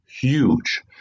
huge